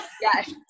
Yes